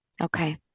Okay